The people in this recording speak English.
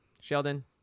Sheldon